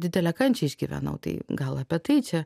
didelę kančią išgyvenau tai gal apie tai čia